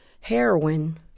heroin